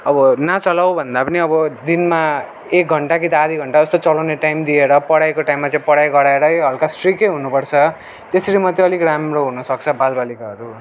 अब नचलाऊ भन्दा पनि अब दिनमा एक घन्टा कि त आधी घन्टा जस्तो चलाउने टाइम दिएर पढाइको टाइममा चाहिँ पढाइ गराएरै हल्का स्ट्रिकै हुनुपर्छ त्यसरी मात्रै अलिक राम्रो हुनुसक्छ बालबालिकाहरू